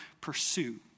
pursue